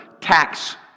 tax